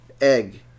egg